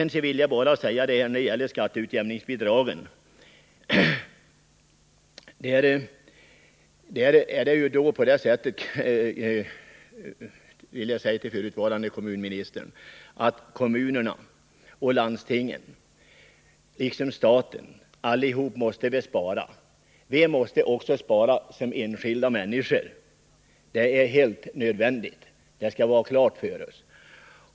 När det gäller skatteutjämningsbidragen vill jag till förutvarande kommunministern säga att kommunerna och landstingen liksom staten måste spara. Vi måste också spara som enskilda människor. Det är helt nödvändigt —det skall vi ha klart för oss.